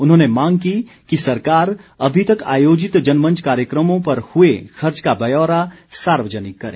उन्होंने मांग की कि सरकार अभी तक आयोजित जनमंच कार्यक्रमों पर हुए खर्च का ब्यौरा सार्वजनिक करे